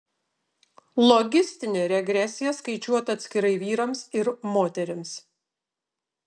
logistinė regresija skaičiuota atskirai vyrams ir moterims